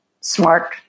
smart